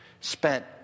spent